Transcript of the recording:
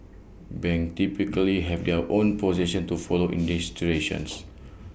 banks typically have their own position to follow in these situations